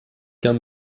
kam